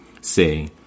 Say